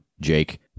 Jake